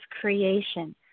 creation